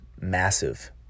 massive